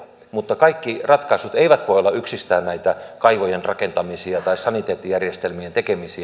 mutta kaikki ratkaisut eivät voi olla yksistään näitä kaivojen rakentamisia tai saniteettijärjestelmien tekemisiä